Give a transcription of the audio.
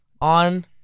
on